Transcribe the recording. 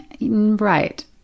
Right